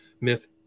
Myth